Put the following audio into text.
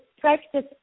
practice